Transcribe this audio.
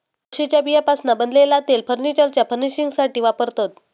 अळशीच्या बियांपासना बनलेला तेल फर्नीचरच्या फर्निशिंगसाथी वापरतत